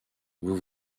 vous